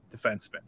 defenseman